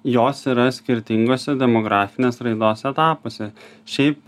jos yra skirtinguose demografinės raidos etapuose šiaip